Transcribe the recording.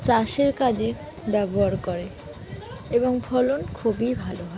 চাষের কাজে ব্যবহার করে এবং ফলন খুবই ভালো হয়